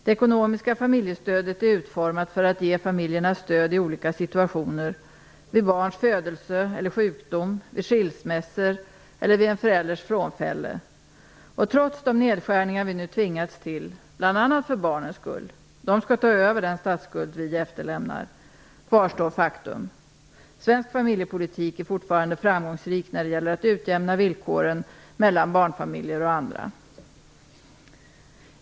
Det ekonomiska familjestödet är utformat för att ge familjerna stöd i olika situationer - vid barns födelse eller sjukdom, vid skilsmässor eller vid en förälders frånfälle. Och trots de nedskärningar vi nu tvingats till, bl.a. för barnens skull - de skall ta över den statsskuld vi efterlämnar - kvarstår faktum. Svensk familjepolitik är fortfarande framgångsrik när det gäller att utjämna villkoren mellan barnfamiljer och andra.